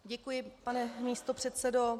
Děkuji, pane místopředsedo.